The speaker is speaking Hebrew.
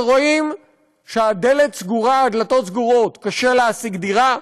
ורואים שהדלתות סגורות: קשה להשיג דירה,